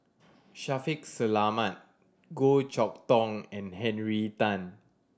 Shaffiq Selamat Goh Chok Tong and Henry Tan